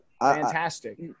fantastic